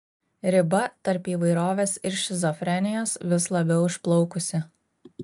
riba tarp įvairovės ir šizofrenijos vis labiau išplaukusi